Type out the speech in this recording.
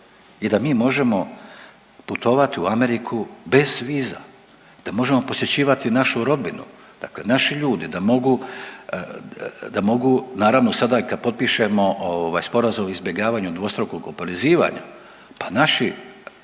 I da mi možemo putovati u Ameriku bez viza, da možemo posjećivati našu rodbinu. Dakle, naši ljudi da mogu naravno sada i kad potpišemo i Sporazum o izbjegavanju dvostrukog oporezivanja, pa naši